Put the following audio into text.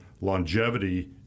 longevity